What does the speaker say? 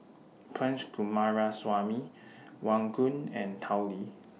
Punch Coomaraswamy Wong Koon and Tao Li